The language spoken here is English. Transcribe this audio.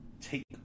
take